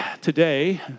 today